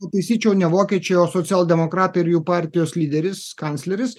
pataisyčiau ne vokiečiai o socialdemokratai ir jų partijos lyderis kancleris